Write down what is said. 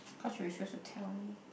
cause you refuse to tell me